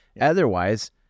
Otherwise